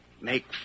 Make